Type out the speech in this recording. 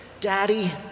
Daddy